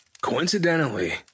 Coincidentally